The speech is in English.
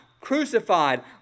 crucified